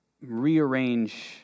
rearrange